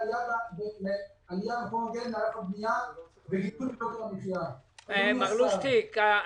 עלייה במחיר הבנייה וייקור יוקר המחיה --- מר לוסטיג,